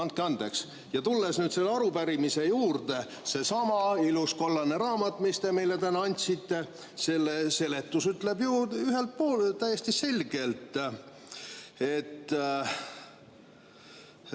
Tulles nüüd selle arupärimise juurde, seesama ilus kollane raamat, mis te meile täna andsite, selle seletus ütleb ju täiesti selgelt: ühelt